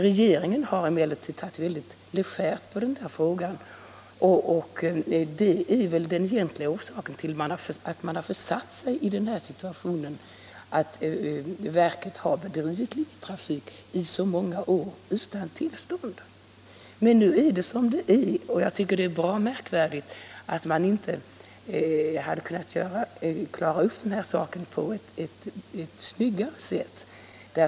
Regeringen har emellertid tagit väldigt legärt på den frågan, och det är väl den egentliga orsaken till att man försatt sig i den här situationen att verket i så många år drivit trafik utan tillstånd. Men nu är det som det är. Jag tycker att det är bra märkvärdigt att man inte kunnat klara upp den här saken på ett snyggare sätt.